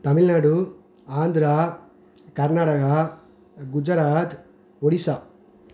Tamil Nadu Andhra Karnataka Gujarat Orissa